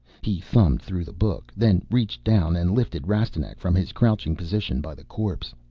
he thumbed through the book, then reached down and lifted rastignac from his crouching position by the corpse.